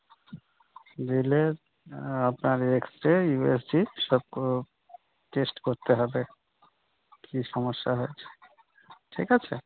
দিলে আপনার X ray U S G সব কো টেস্ট করতে হবে কী সমস্যা হয়েছে ঠিক আছে